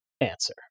answer